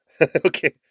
Okay